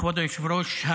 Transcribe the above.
כבוד היושב-ראש,